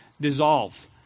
dissolve